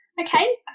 Okay